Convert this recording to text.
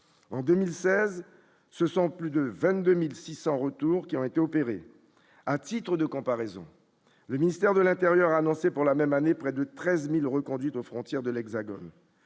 en 2016, ce sont plus de 22600 retours qui ont été opérés à titre de comparaison, le ministère de l'Intérieur a lancé pour la même année, près de 13000 reconduites aux frontières de l'Hexagone,